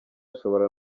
ashobora